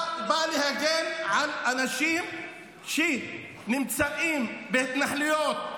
אתה בא להגן על אנשים שנמצאים בהתנחלויות,